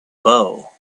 bow